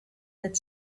that